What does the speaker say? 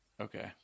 okay